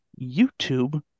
YouTube